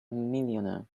millionaire